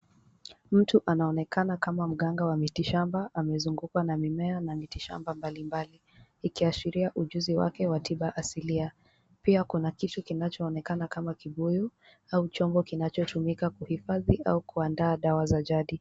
Mtu anaonekana kama mganga wa miti shamba, amezungukwa na mimea na mti shamba mbalimbali, ikiashiria ujuzi wake wa tiba asilia. Pia kuna kitu kinachoonekana kama kibweu au chombo kinachotumika kuhifadhi au kuandaa dawa za jadi.